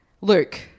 Luke